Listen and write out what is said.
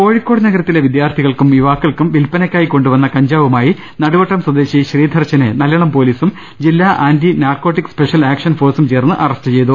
കോഴിക്കോട് നഗരത്തിലെ വിദ്യാർത്ഥികൾക്കും യുവാക്കൾക്കും വില്പനയ്ക്കായ് ക്കാണ്ടുവന്ന കഞ്ചാവുമായി നടുവട്ടം സ്വദേശി ശ്രീധർശിനെ നല്ലളം പൊലീസും ജില്ലാ ആന്റി നാർക്കോട്ടിക്ക് സ്പെഷ്യൽ ആക്ഷൻ ഫോഴ്സും ചേർന്ന് അറസ്റ്റ് ചെയ്തു